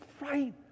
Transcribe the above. right